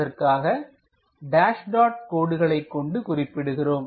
அதற்காக dash dot கோடுகள் கொண்டு குறிப்பிடுகிறோம்